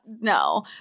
no